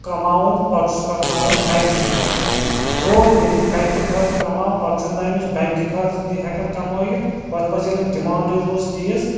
کَماوُن پَتہٕ چھُس کماوُن بٮ۪نٛک کہِ خٲطرٕ گوٚو ییٚلہِ یہِ بٮ۪نٛک کہِ خٲطرٕ کماو پَتہٕ چھُ نَہ أمِس بٮ۪نٛک کہِ خٲطرٕ نی ہٮ۪کان کمٲیِتھ ہۄتھ مَنٛز ییٚلہِ نہٕ ڈِمانٛڈٕے روٗز تیٖژ